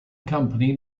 company